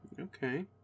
Okay